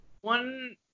One